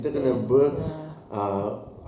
send ya